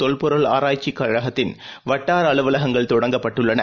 தொல்பொருள் ஆராய்ச்சிகழகத்தின் வட்டாரஅலுவலகங்கள் தொடங்கப் பட்டுள்ளன